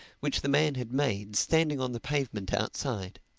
which the man had made, standing on the pavement outside.